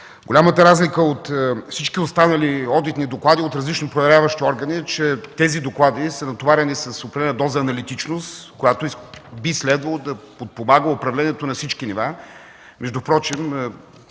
Голямата разлика от всички останали одитни доклади от различни проверяващи органи е, че тези доклади са натоварени с определена доза аналитичност, която би следвало да подпомага управлението на всички нива.